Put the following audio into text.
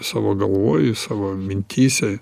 savo galvoj savo mintyse